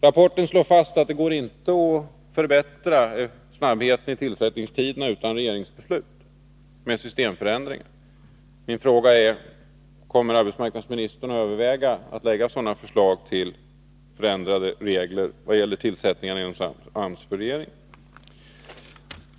Rapporten slår fast att det inte går att förbättra snabbheten i tillsättningstiderna utan regeringsbeslut, med systemförändringar. Min första fråga lyder: Kommer arbetsmarknadsministern att överväga att för regeringen lägga fram förslag till förändrade regler vad gäller tillsättningen av tjänster inom AMS?